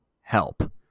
help